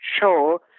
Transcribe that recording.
sure